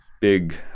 big